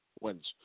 wins